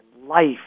life